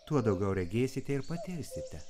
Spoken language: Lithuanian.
tuo daugiau regėsite ir patirsite